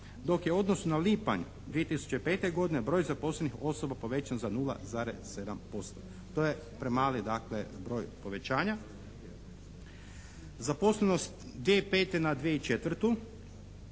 dok je u odnosu na lipanj 2005. godine broj zaposlenih osoba povećan za 0,7%. To je premali dakle broj povećanja. Zaposlenost 2005. na 2004. 2004.